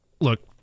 look